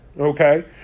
Okay